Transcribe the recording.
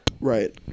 Right